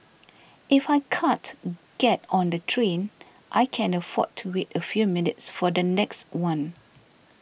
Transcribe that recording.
if I can't get on the train I can afford to wait a few minutes for the next one